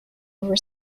over